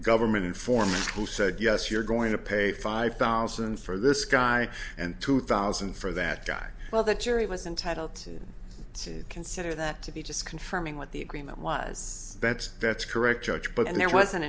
government informant who said yes you're going to pay five thousand for this guy and two thousand for that guy well the jury was entitled to consider that to be just confirming what the agreement was spent that's correct judge but